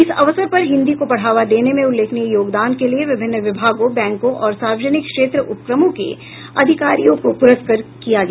इस अवसर पर हिन्दी को बढ़ावा देने में उल्लेखनीय योगदान के लिए विभिन्न विभागों बैंकों और सार्वजनिक क्षेत्र उपक्रमों के अधिकारियों को पुरस्कृत किया गया